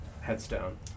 headstone